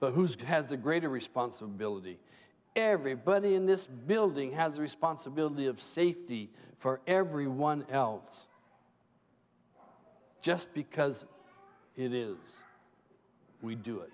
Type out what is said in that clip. but whose kid has the greater responsibility everybody in this building has a responsibility of safety for everyone else just because it is we do it